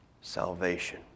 salvation